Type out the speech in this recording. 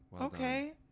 okay